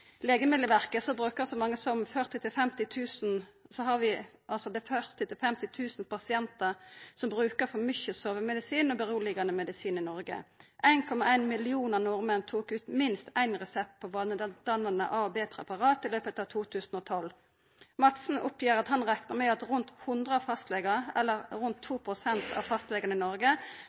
Legemiddelverket brukar så mange som 40 000–50 000 pasientar for mykje sovemedisin og roande medisin i Noreg. 1,1 millionar nordmenn tok ut minst ein resept på vanedannande A- og B-preparat i løpet av 2012. Madsen seier at han reknar med at rundt 100 fastlegar, rundt 2 pst. av fastlegane i Noreg,